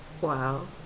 wow